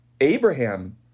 Abraham